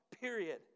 period